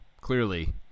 clearly